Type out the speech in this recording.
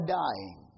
dying